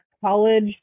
college